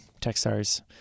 Techstars